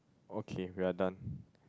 okay we are done